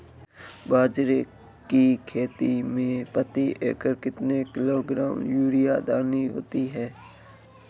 बाजरे की खेती में प्रति एकड़ कितने किलोग्राम यूरिया डालनी होती है?